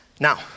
Now